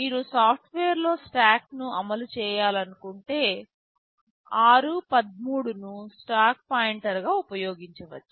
మీరు సాఫ్ట్వేర్లో స్టాక్ను అమలు చేయాలనుకుంటే r13 ను స్టాక్ పాయింటర్గా ఉపయోగించవచ్చు